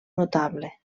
notable